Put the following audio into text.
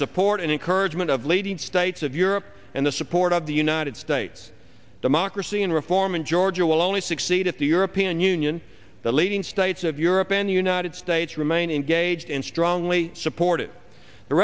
support and encouragement of lading states of europe and the support of the united states democracy and reform in georgia will only succeed if the european union the leading states of europe and the united states remain engaged in strongly supported the